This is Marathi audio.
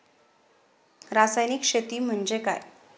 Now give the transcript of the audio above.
रासायनिक शेती म्हणजे काय?